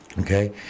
okay